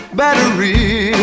battery